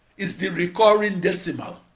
is the recurring decimal.